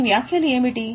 మీ వ్యాఖ్యలు ఏమిటి